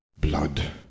Blood